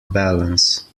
balance